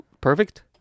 perfect